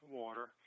water